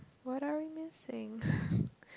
what are we missing